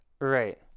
Right